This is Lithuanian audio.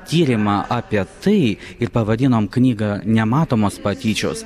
tyrimą apie tai ir pavadinome knygą nematomos patyčios